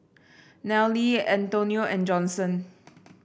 Nelle Antonio and Johnson